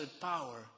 power